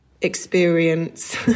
experience